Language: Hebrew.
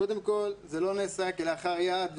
קודם כל, זה לא נעשה כלאחר יד.